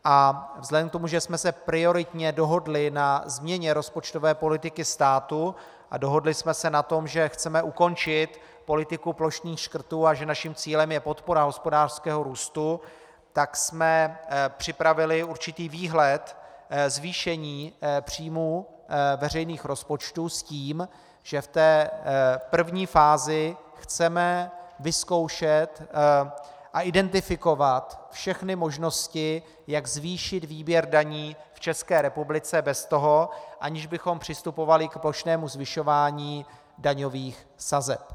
Vzhledem k tomu, že jsme se prioritně dohodli na změně rozpočtové politiky státu a dohodli jsme se na tom, že chceme ukončit politiku plošných škrtů a že naším cílem je podpora hospodářského růstu, tak jsme připravili určitý výhled zvýšení příjmů veřejných rozpočtů s tím, že v té první fázi chceme vyzkoušet a identifikovat všechny možnosti, jak zvýšit výběr daní v České republice bez toho, aniž bychom přistupovali k plošnému zvyšování daňových sazeb.